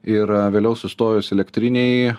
ir vėliau sustojus elektrinei